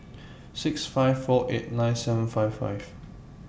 six five four eight nine seven five five